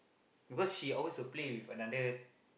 because she always will play with another